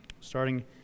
starting